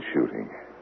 shooting